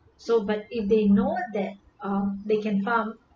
so but if they know that um they can farm